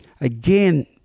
Again